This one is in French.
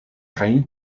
rein